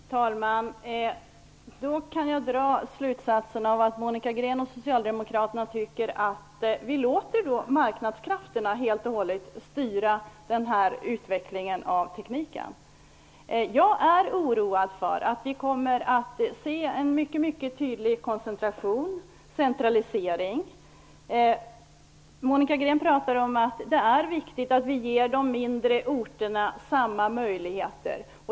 Herr talman! Då kan jag dra slutsatsen att Monica Green och Socialdemokraterna tycker att vi skall låta marknadskrafterna helt och hållet styra utvecklingen av tekniken. Jag är oroad för att vi kommer att se en mycket tydlig koncentration och centralisering. Monica Green pratar om att det är viktigt att ge de mindre orterna samma möjligheter.